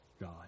God